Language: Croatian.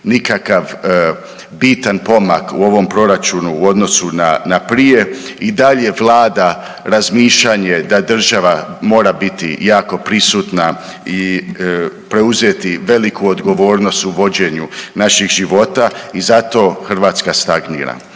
nikakav bitan pomak u ovom proračunu u odnosu na prije i dalje vlada razmišljanje da država mora biti jako prisutna i preuzeti veliku odgovornost u vođenju naših života i zato Hrvatska stagnira.